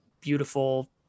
beautiful